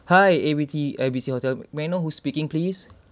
hi A B T A B C hotel may I know who speaking please